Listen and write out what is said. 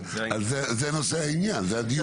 זה נושא העניין, זה הדיון.